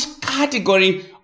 category